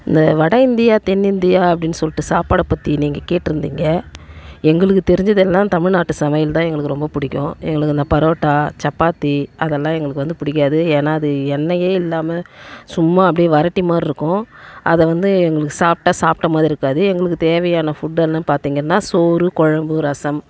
இந்த வடை இந்தியா தென் இந்தியா அப்படின்னு சொல்லிட்டு சாப்பாடை பற்றி நீங்கள் கேட்டிருந்திங்க எங்களுக்கு தெரிஞ்சதெல்லாம் தமிழ்நாட்டு சமையல் தான் எங்களுக்கு ரொம்ப பிடிக்கும் எங்களுக்கு அந்த பரோட்டா சப்பாத்தி அதெல்லாம் எங்களுக்கு வந்து பிடிக்காது ஏன்னா அது எண்ணையே இல்லாமல் சும்மா அப்படியே வரட்டி மாதிரிருக்கும் அதை வந்து எங்களுக்கு சாப்பிட்டா சாப்ட்டை மாதிரி இருக்காது எங்களுக்கு தேவையான ஃபுட்டென்ன பார்த்தீங்கனா சோறு குழம்பு ரசம்